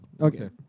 Okay